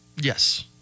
Yes